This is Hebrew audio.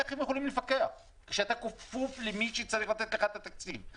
איך אתה יכול לפקח כשאתה כפוף למי שצריך לתת לך את התקציב,